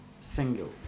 Single